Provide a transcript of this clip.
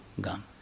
gone